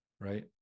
Right